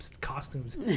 costumes